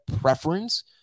preference